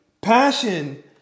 passion